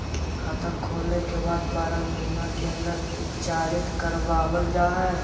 खाता खोले के बाद बारह महिने के अंदर उपचारित करवावल जा है?